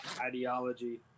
ideology